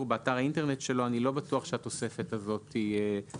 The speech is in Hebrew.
באתר האינטרנט שלו," אני לא בטוח שהתוספת הזאת נדרשת.